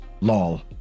lol